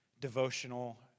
devotional